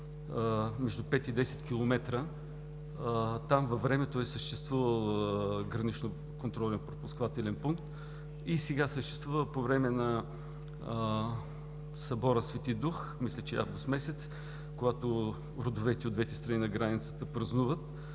десет километра. Там във времето е съществувал граничен контролно-пропускателен пункт, а сега съществува по време на събора „Свети дух“ – мисля, че е през месец август, когато родовете от двете страни на границата празнуват